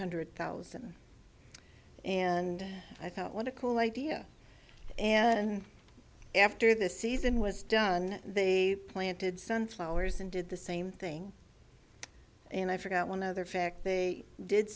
hundred thousand and i thought what a cool idea and after the season was done they planted sunflowers and did the same thing and i forgot one other fact they did